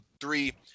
three